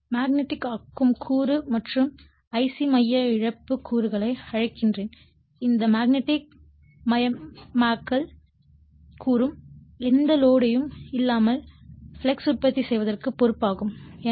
நான் மேக்னெட்டிக் ஆக்கும் கூறு மற்றும் ஐசி மைய இழப்பு கூறுகளை அழைக்கிறேன் இந்த மேக்னெட்டிக் மயமாக்கல் கூறு எந்த லோடு யும் இல்லாமல் ஃப்ளக்ஸ் உற்பத்தி செய்வதற்கு பொறுப்பாகும்